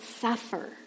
suffer